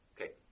Okay